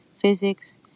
physics